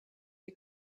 die